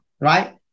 right